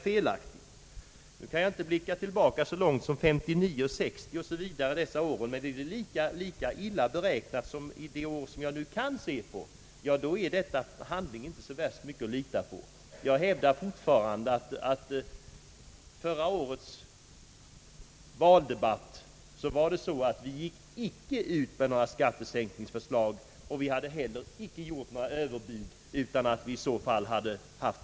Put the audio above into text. Jag kan icke blicka tillbaka så långt som till 1959 och 1960, men är dessa år lika illa beräknade som det år jag nu kan se på, ja, då är dessa siffror inte så värst mycket att lita på. Jag hävdar fortfarande att i förra årets valdebatt gick centerpartiet icke ut med några skattesänkningsförslag, vi har icke heller gjort något överbud utan vi har haft täckning för vad vi föreslagit.